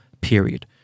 period